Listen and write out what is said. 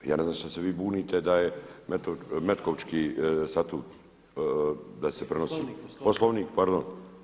Ja ne znam sad se vi bunite da je Metkovićki statut da se prenosi [[Upadica: Poslovnik.]] Poslovnik, pardon.